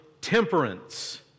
temperance